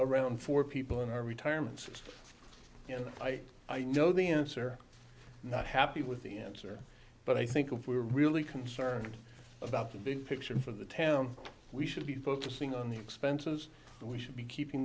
around for people in our retirement system you know i i know the answer not happy with the answer but i think if we were really concerned about the big picture for the town we should be focusing on the expenses we should be keeping